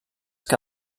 que